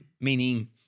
meaning